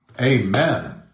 amen